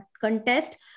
contest